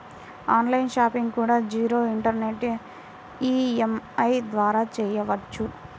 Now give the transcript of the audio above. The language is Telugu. ఆన్ లైన్ షాపింగ్ కూడా జీరో ఇంటరెస్ట్ ఈఎంఐ ద్వారా చెయ్యొచ్చు